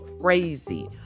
crazy